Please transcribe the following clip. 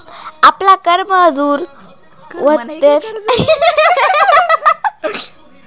आपला कर्ज मंजूर व्हयन का मग बँक वितरण देखाडस